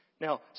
Now